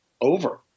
over